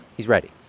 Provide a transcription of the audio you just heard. he's ready